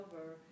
over